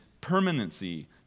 permanency